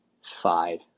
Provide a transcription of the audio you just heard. Five